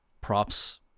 props